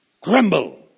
crumble